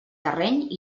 terreny